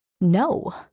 No